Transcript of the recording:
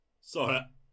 Sorry